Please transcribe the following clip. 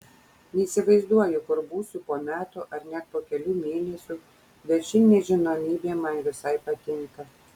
neįsivaizduoju kur būsiu po metų ar net po kelių mėnesių bet ši nežinomybė man visai patinka